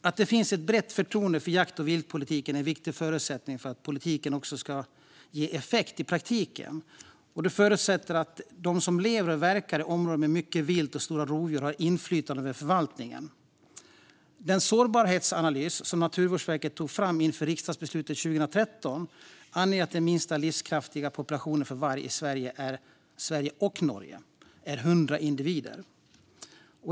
Att det finns ett brett förtroende för jakt och viltpolitiken är en viktig förutsättning för att politiken ska ge effekt i praktiken, och det förutsätter att de som lever och verkar i områden med mycket vilt och stora rovdjur har inflytande över förvaltningen. Den sårbarhetsanalys som Naturvårdsverket tog fram inför riksdagsbeslutet 2013 anger att den minsta livskraftiga populationen för varg i Sverige och Norge är 100 individer.